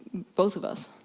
both of us.